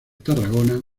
tarragona